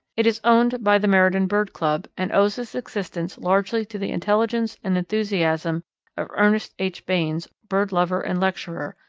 it is owned by the meriden bird club, and owes its existence largely to the intelligence and enthusiasm of ernest h. baynes, bird-lover and lecturer,